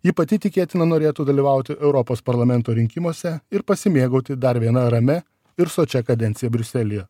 ji pati tikėtina norėtų dalyvauti europos parlamento rinkimuose ir pasimėgauti dar viena ramia ir sočia kadencija briuselyje